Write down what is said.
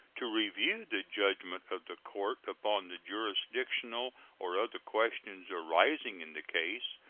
to review the judgment of the court upon the jurisdictional or other questions arising in the case,